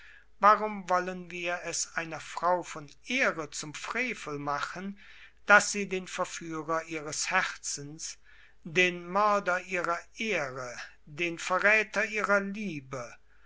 warum wollen wir es einer frau von ehre zum frevel machen daß sie den verführer ihres herzens den mörder ihrer ehre den verräter ihrer liebe